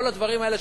כל הדברים האלה,